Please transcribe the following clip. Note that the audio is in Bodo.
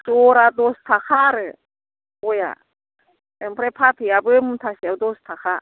जरा दस थाखा आरो गया आमफ्राय फाथैआबो मुथासेआव दस थाखा